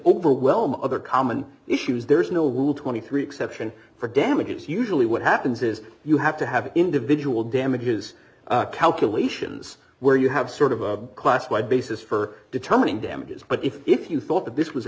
overwhelm other common issues there's no rule twenty three exception for damages usually what happens is you have to have individual d damages calculations where you have sort of a class wide basis for determining damages but if if you thought that this was a